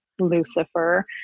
lucifer